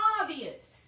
obvious